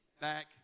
back